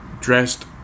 dressed